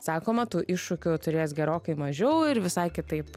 sakoma tų iššūkių turės gerokai mažiau ir visai kitaip